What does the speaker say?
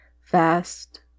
fast